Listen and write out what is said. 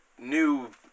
New